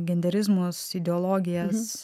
genderizmus ideologijas